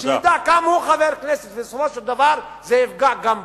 שידע שגם הוא חבר כנסת ובסופו של דבר זה יפגע גם בו.